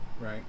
right